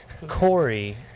Corey